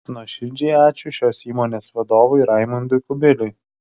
nuoširdžiai ačiū šios įmonės vadovui raimundui kubiliui